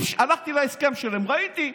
הלכתי להסכם שלהם וראיתי,